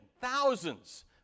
Thousands